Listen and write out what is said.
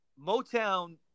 Motown